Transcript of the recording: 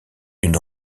une